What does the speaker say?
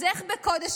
אז איך בקודש-הקודשים,